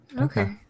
Okay